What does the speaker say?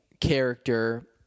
character